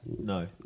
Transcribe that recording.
No